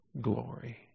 glory